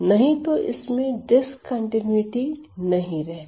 नहीं तो इसमें डिस्कंटीन्यूटी नहीं रहती